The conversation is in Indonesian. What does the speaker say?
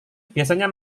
biasanya